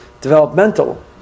developmental